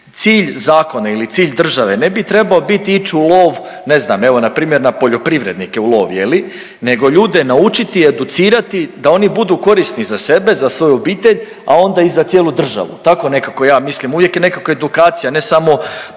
Cilj zakona ili cilj države ne bi trebao ići u lov ne znam npr. na poljoprivrednike u lov je li nego ljude naučiti educirati da oni budu korisni za sebe, za svoju obitelj, a onda i za cijelu državu. Tako nekako ja mislim, uvijek je nekako edukacija ne samo